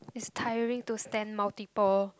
it's tiring to stamp multiple